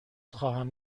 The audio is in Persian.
خواهم